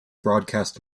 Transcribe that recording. broadcast